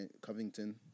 Covington